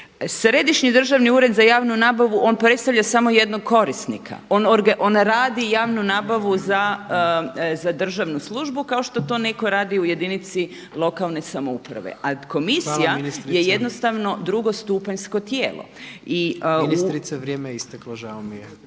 Središnji državni ured za javnu nabavu on predstavlja samo jednog korisnika, on radi javnu nabavu za državnu službu kao što to netko radi u jedinici lokalne samouprave a komisija je jednostavno drugo stupanjsko tijelo. …/Upadica Jandroković: Ministrice, vrijeme je isteklo, žao mi je./…